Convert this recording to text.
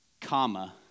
comma